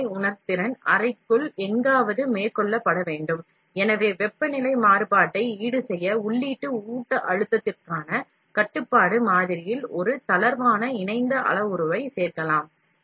வெப்பநிலை உணர்திறன் அறைக்குள் எங்காவது மேற்கொள்ளப்பட வேண்டும் எனவே வெப்பநிலை மாறுபாட்டை ஈடுசெய்ய உள்ளீட்டு ஊட்ட அழுத்தத்திற்கான கட்டுப்பாட்டு மாதிரியில் ஒரு தளர்வான இணைந்த அளவுருவை சேர்க்கலாம்